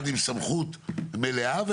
אחד עם סמכות מלאה,